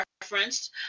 referenced